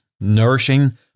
nourishing